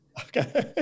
Okay